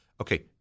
okay